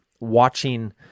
watching